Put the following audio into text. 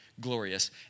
glorious